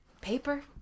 paper